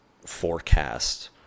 forecast